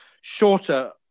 shorter